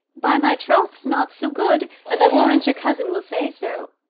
by my troth's not so good and i warrant your cousin will say so.